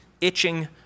itching